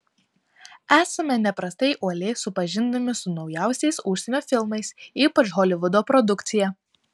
esame neprastai uoliai supažindinami su naujausiais užsienio filmais ypač holivudo produkcija